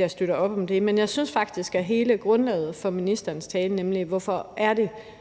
jeg støtter op om det. Men jeg synes faktisk godt om hele grundlaget for ministerens tale, altså hvorfor vi har